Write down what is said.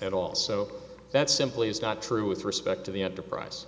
and also that simply is not true with respect to the enterprise